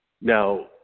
Now